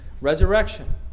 resurrection